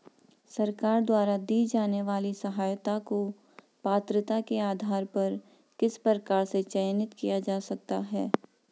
सरकार द्वारा दी जाने वाली सहायता को पात्रता के आधार पर किस प्रकार से चयनित किया जा सकता है?